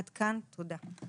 עד כאן, תודה.